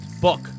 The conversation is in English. Book